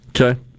Okay